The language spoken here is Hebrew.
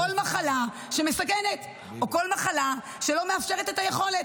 כל מחלה שמסכנת או כל מחלה שלא מאפשרת את היכולת.